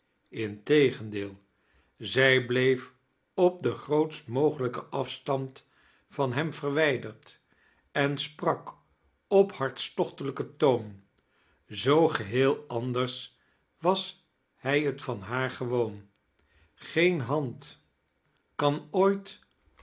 integendeel zij bleef op den grootst mogelijken afstand van hem varwijderd en sprak op ha rtstochtelijken toon zoo geheel anders was hij t van haar gewoon geen hand kan ooit